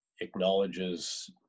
acknowledges